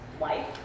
life